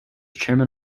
chairman